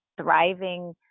thriving